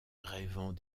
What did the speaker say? rêvant